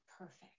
perfect